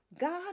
God